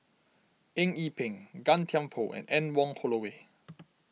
Eng Yee Peng Gan Thiam Poh and Anne Wong Holloway